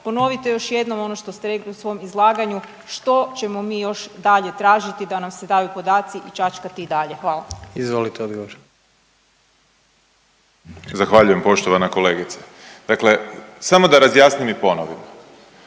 ponovite još jednom ono što ste rekli u svom izlaganju, što ćemo mi još dalje tražiti da nam se daju podaci i čačkati i dalje. Hvala. **Jandroković, Gordan (HDZ)** Izvolite odgovor. **Grbin, Peđa (SDP)** Zahvaljujem poštovana kolegice. Dakle, samo da razjasnim i ponovim.